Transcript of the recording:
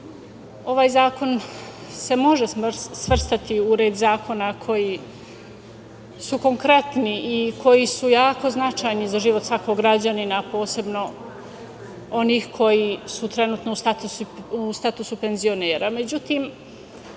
PIO.Ovaj zakon se može svrstati u red zakona koji su konkretni i koji su jako značajni za život svakog građanina, posebno onih koji su trenutno u statusu penzionera,